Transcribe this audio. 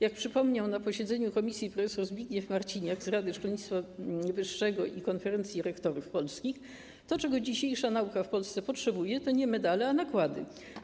Jak przypomniał na posiedzeniu komisji prof. Zbigniew Marciniak z rady szkolnictwa wyższego i konferencji rektorów polskich, to, czego dzisiejsza nauka w Polsce potrzebuje, to nie medale, a nakłady.